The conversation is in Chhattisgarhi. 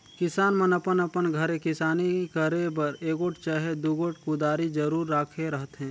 किसान मन अपन अपन घरे किसानी करे बर एगोट चहे दुगोट कुदारी जरूर राखे रहथे